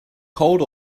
cold